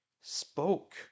spoke